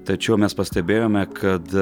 tačiau mes pastebėjome kad